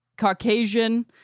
Caucasian